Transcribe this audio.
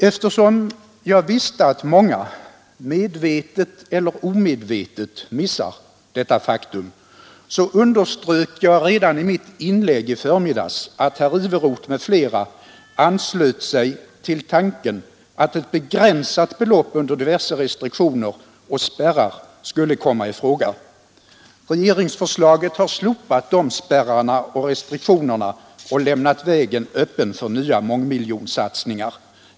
Eftersom jag visste att många, medvetet eller omedvetet, missar detta faktum underströk jag redan i mitt inlägg i förmiddags att herr Iveroth m.fl. anslöt sig till tanken att ett begränsat belopp under diverse restriktioner och spärrar skulle kunna komma i fråga. Regeringsförslaget har slopat spärrarna och restriktionerna och lämnat vägen öppen för nya mångmiljonsatsningar.